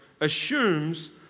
assumes